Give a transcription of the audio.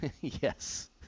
Yes